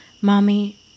Mommy